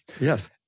Yes